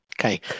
Okay